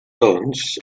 doncs